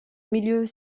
milieux